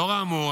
לאור האמור,